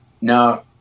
No